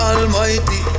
Almighty